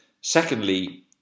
Secondly